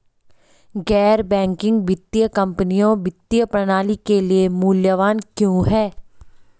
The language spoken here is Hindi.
गैर बैंकिंग वित्तीय कंपनियाँ वित्तीय प्रणाली के लिए मूल्यवान क्यों हैं?